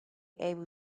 able